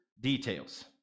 details